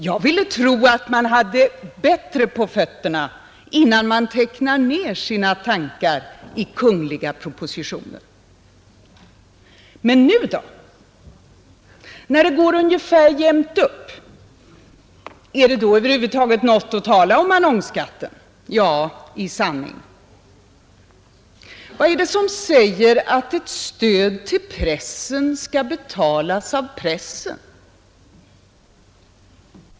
Jag ville tro att man hade bättre på fötterna innan man tecknar ner sina Men nu då, när det går ungefär jämnt upp? Är det då över huvud taget något att säga om annonsskatten? Ja, i sanning! Vad är det som säger att ett stöd till pressen skall betalas av pressen?